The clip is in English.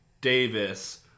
Davis